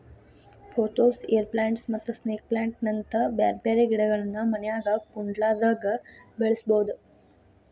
pothos, air plants ಮತ್ತ snake plant ನಂತ ಬ್ಯಾರ್ಬ್ಯಾರೇ ಗಿಡಗಳನ್ನ ಮನ್ಯಾಗ ಕುಂಡ್ಲ್ದಾಗ ಬೆಳಸಬೋದು